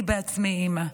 אני בעצמי אימא,